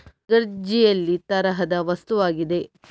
agar jelly ತರಹದ ವಸ್ತುವಾಗಿದೆ